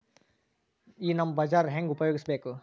ಈ ನಮ್ ಬಜಾರ ಹೆಂಗ ಉಪಯೋಗಿಸಬೇಕು?